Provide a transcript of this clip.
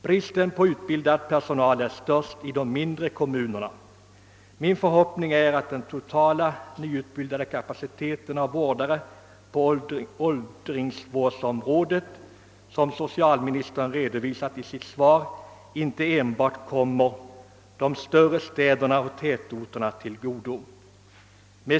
Bristen på utbildad personal är störst i de mindre kommunerna. Min förhoppning är att den totala nyutbildade kapacitet av vårdare på åldringsvårdsområdet, som socialministern redovisat i sitt svar, inte enbart kommer de större städerna och tätorterna till godo.